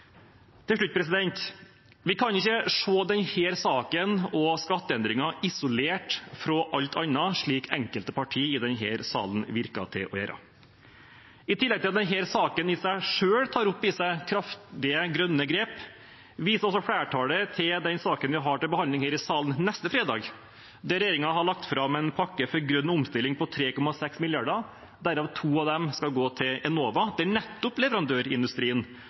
Til slutt: Vi kan ikke se denne saken og skatteendringen isolert fra alt annet, slik enkelte parti i denne salen virker å gjøre. I tillegg til at denne saken i seg selv tar opp i seg kraftige grønne grep, viser også flertallet til den saken vi har til behandling her i salen neste fredag, der regjeringen har lagt fram en pakke for grønn omstilling på 3,6 mrd. kr. To av dem skal gå til Enova, der nettopp leverandørindustrien